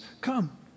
Come